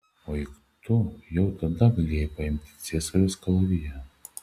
o juk tu jau tada galėjai paimti ciesoriaus kalaviją